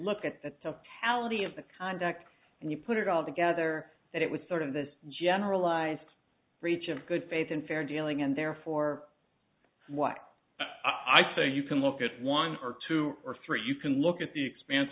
of the conduct and you put it all together that it was sort of this generalized breach of good faith and fair dealing and therefore what i think you can look at one or two or three you can look at the expanse